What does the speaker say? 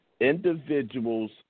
individuals